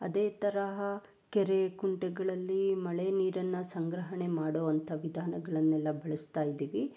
ಅದೇ ತರಹ ಕೆರೆ ಕುಂಟೆಗಳಲ್ಲಿ ಮಳೆ ನೀರನ್ನು ಸಂಗ್ರಹಣೆ ಮಾಡುವಂತ ವಿಧಾನಗಳನ್ನೆಲ್ಲ ಬಳಸ್ತಾ ಇದ್ದೀವಿ